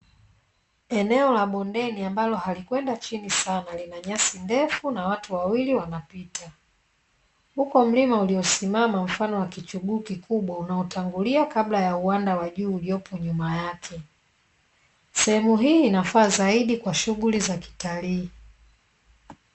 Eneo la bondeni ambalo halikwenda chini sana lina nyasi na watu wawili wanapita, huku mlima uliosimama mfano wa kichuguu kikubwa unaotangulia kabla ya uanda wa juu uliopo nyuma yake. Sehemu hii inafaa zaidi kwa shughuli za kitalii.